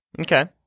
Okay